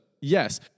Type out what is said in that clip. Yes